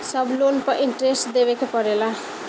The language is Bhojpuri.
सब लोन पर इन्टरेस्ट देवे के पड़ेला?